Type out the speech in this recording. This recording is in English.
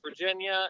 Virginia